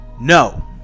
no